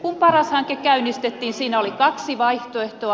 kun paras hanke käynnistettiin siinä oli kaksi vaihtoehtoa